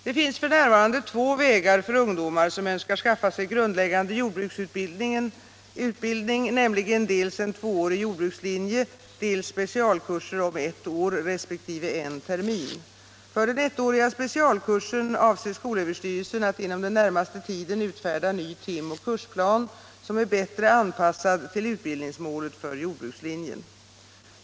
Det finns f. n. två vägar för ungdomar som önskar skaffa sig grundläggande jordbruksutbildning, nämligen dels en tvåårig jordbrukslinje, dels specialkurser om ett år resp. en termin. För den ettåriga specialkursen avser skolöverstyrelsen att inom den närmaste tiden utfärda ny timoch kursplan som är bättre anpassad till utbildningsmålet för jordbrukslinjen.